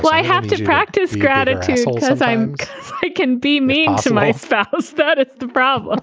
but i have to practice gratitude souls as i am. it can be mean to my spouse that it's the but ah